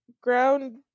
ground